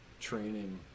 training